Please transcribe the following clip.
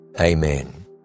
amen